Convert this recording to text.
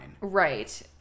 Right